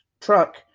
truck